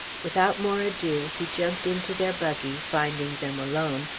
without more ado, he jumped into their buggy, finding them alone,